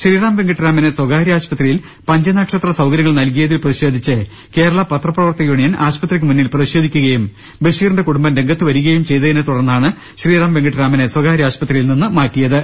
ശ്രീറാം വെങ്കിട്ടരാമനെ സ്ഥകാര്യ ആശുപത്രിയിൽ പഞ്ചനക്ഷത്ര സൌകര്യങ്ങൾ നൽകിയതിൽ പ്രതിഷേധിച്ച് കേരള പത്രപ്രവർത്തക യൂണിയൻ ആശുപത്രിക്ക് മുന്നിൽ പ്രതിഷേധിക്കുകയും ബഷീറിന്റെ കുടുംബം രംഗത്തുവരികയും ചെയ്ത തിനെ തുടർന്നാണ് ശ്രീറാം വെങ്കിട്ടരാമനെ സ്വകാര്യ ആശുപത്രിയിൽ നിന്ന് മാറ്റി യത്